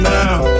Now